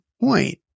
point